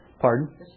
Pardon